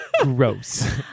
Gross